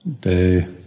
day